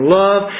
love